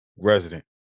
resident